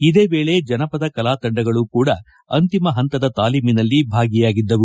ಇದೇ ವೇಳೆ ಜನಪದ ಕಲಾತಂಡಗಳು ಕೂಡ ಅಂತಿಮ ಪಂತದ ತಾಲೀಮಿನಲ್ಲಿ ಭಾಗಿಯಾಗಿದ್ದವು